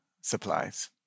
supplies